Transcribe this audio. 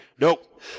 Nope